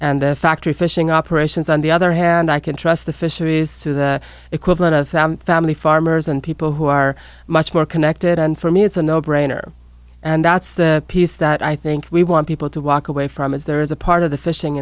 and the factory fishing operations on the other hand i can trust the fisheries to the equivalent of family farmers and people who are much more connected and for me it's a no brainer and that's the piece that i think we want people to walk away from is there is a part of the fishing